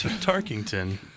Tarkington